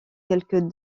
quelques